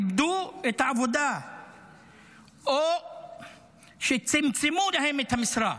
איבדו את העבודה או שצמצמו להם את המשרה,